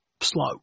slow